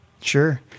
Sure